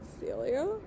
Celia